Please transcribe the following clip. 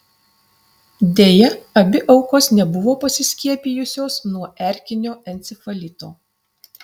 deja abi aukos nebuvo pasiskiepijusios nuo erkinio encefalito